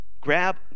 Grab